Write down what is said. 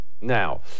Now